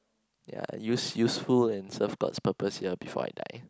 ya use useful and serve god's purpose ya before I die